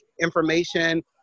information